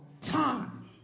time